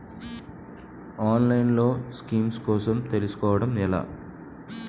ఆన్లైన్లో స్కీమ్స్ కోసం తెలుసుకోవడం ఎలా?